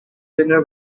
dinner